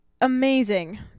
amazing